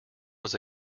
was